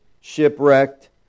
shipwrecked